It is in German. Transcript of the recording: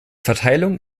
verteilung